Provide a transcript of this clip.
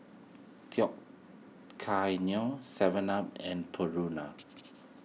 Tao Kae Noi Seven Up and Purina